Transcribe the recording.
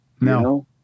No